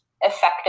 effective